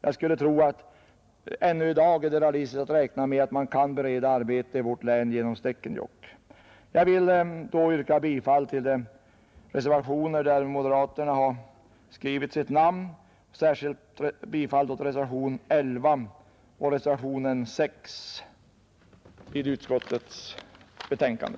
Jag skulle tro att det än i dag är realistiskt att räkna med att folk kan beredas arbete i vårt län genom Stekenjokk. Jag vill yrka bifall till de reservationer, på vilka moderaterna skrivit sina namn, särskilt då reservationerna 6 och 11 vid utskottets betänkande.